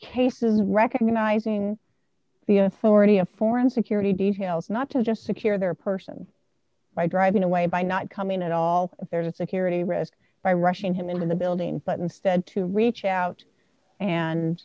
cases recognizing the authority of foreign security details not to just secure their person by driving away by not coming at all if there's a security risk by rushing him into the building but instead to reach out and